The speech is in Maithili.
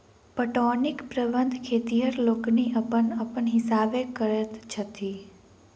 पटौनीक प्रबंध खेतिहर लोकनि अपन अपन हिसाबेँ करैत छथि